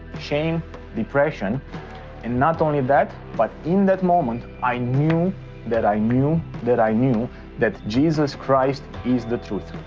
shame depression and not only that but in that moment i knew that i knew that i knew that jesus christ is the truth.